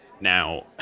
Now